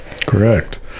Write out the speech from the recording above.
Correct